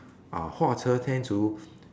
uh 画蛇添足